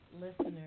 listeners